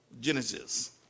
Genesis